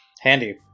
Handy